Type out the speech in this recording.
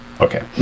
Okay